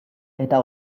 eta